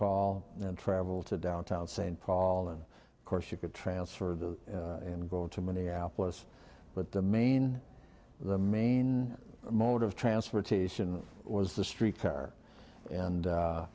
paul and travel to downtown st paul and of course you could transfer do and go to minneapolis but the main the main mode of transportation was the streetcar and